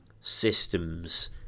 systems